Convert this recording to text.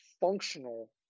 functional